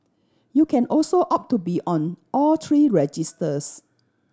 you can also opt to be on all three registers